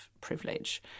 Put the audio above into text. privilege